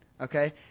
okay